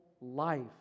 life